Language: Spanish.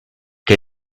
que